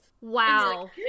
Wow